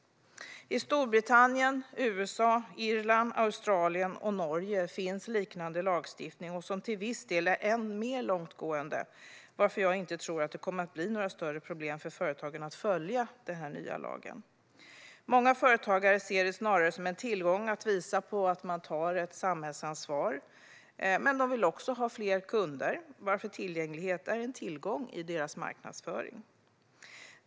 I Storbritannien, USA, Irland, Australien och Norge finns liknande lagstiftning, som till viss del är än mer långtgående, varför jag inte tror att det kommer att bli några större problem för företagen att följa den nya lagen. Många företagare ser det snarare som en tillgång att visa på att de tar sitt samhällsansvar. De vill också ha fler kunder, och tillgänglighet är därför en tillgång i deras marknadsföring.